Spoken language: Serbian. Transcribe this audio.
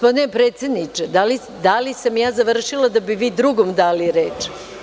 Gospodine predsedniče, da li sam ja završila da bi vi drugom dali reč?